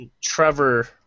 Trevor